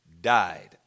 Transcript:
died